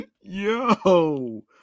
Yo